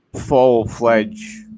full-fledged